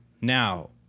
Now